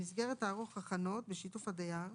המסגרת תערוך הכנות בשיתוף הדייר,